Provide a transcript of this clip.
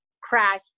crash